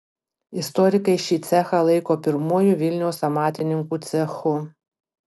istorikai šį cechą laiko pirmuoju vilniaus amatininkų cechu